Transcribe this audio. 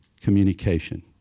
Communication